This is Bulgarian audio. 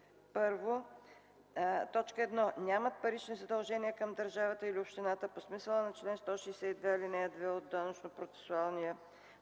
условия: 1. нямат парични задължения към държавата или общината по смисъла на чл. 162, ал. 2